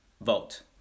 Vote